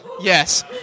Yes